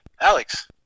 alex